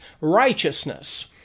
righteousness